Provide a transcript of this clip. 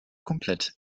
komplett